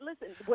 listen